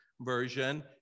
version